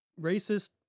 racist